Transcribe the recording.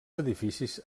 edificis